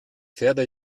pferde